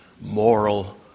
moral